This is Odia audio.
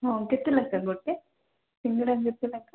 ହଁ କେତେ ଲେଖାଁ ଗୋଟେ ସିଙ୍ଗଡ଼ା କେତେ ଲେଖାଁ